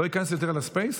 לא איכנס יותר לספייס.